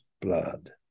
blood